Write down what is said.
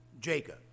Jacob